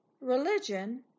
Religion